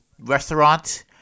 restaurant